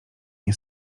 nie